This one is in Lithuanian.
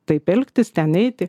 taip elgtis ten eiti